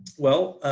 well,